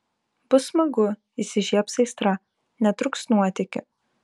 bus smagu įsižiebs aistra netrūks nuotykių